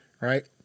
right